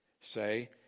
say